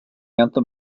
anthem